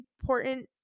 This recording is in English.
important